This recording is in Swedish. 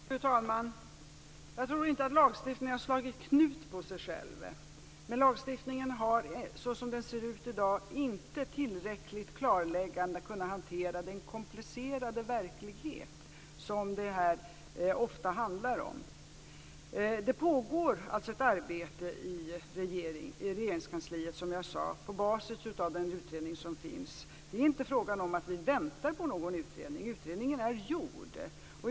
Fru talman! Jag tror inte att lagstiftningen har slagit knut på sig själv, men lagstiftningen har, såsom den ser ut i dag, inte tillräckligt klarläggande kunnat hantera den komplicerade verklighet som det här ofta handlar om. Det pågår alltså ett arbete i Regeringskansliet, som jag sade, på basis av den utredning som finns. Det är inte fråga om att vi väntar på någon utredning, utan den är gjord.